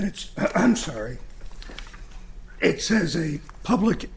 it's i'm sorry it says a public